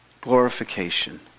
Glorification